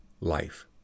life